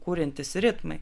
kuriantys ritmai